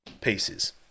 pieces